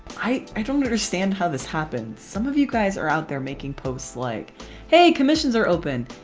i i don't understand how this happens. some of you guys are out there making posts like hey commissions are open!